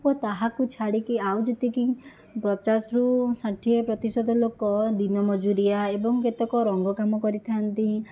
ଓ ତାହାକୁ ଛାଡ଼ିକି ଆଉ ଯେତିକି ପଚାଶରୁ ଷାଠିଏ ପ୍ରତିଶତ ଲୋକ ଦିନ ମଜୁରିଆ ଏବଂ କେତେକ ରଙ୍ଗ କାମ କରିଥା'ନ୍ତି